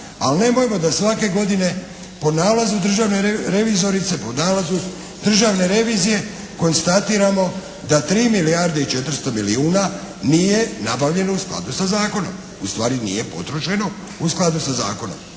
Ali nemojmo da svake godine po nalazu državne revizorice, pod nalazu državne revizije konstatiramo da 3 milijarde i 400 milijuna nije nabavljeno u skladu sa zakonom. Ustvari nije potrošeno u skladu sa zakonom.